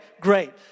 great